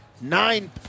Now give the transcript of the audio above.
Nine